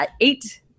eight